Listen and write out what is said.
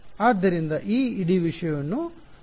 ಆದ್ದರಿಂದ ಈ ಇಡೀ ವಿಷಯವನ್ನು ಸರಳೀಕರಿಸಬಹುದು